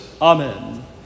Amen